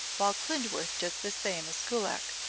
while klindworth does the same as kullak.